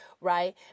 right